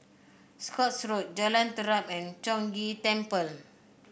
Scotts Road Jalan Terap and Chong Ghee Temple